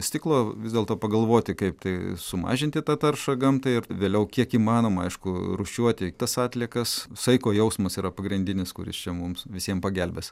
stiklo vis dėlto pagalvoti kaip tai sumažinti tą taršą gamtai ir vėliau kiek įmanoma aišku rūšiuoti tas atliekas saiko jausmas yra pagrindinis kuris čia mums visiem pagelbės